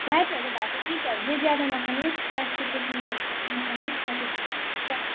फ्याटहरू भएको चिजहरू चाहिँ ज्यादा नखानुहोस् प्ल्यास्टिकको चिजहरू ज्यादा नखानुहोस् प्याकेटको र